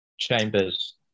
Chambers